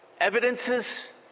evidences